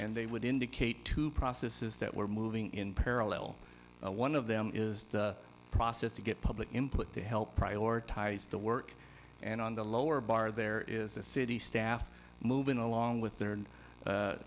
and they would indicate two processes that were moving in parallel one of them is the process to get public input to help prioritize the work and on the lower bar there is a city staff moving along with their